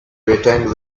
returned